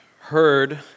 heard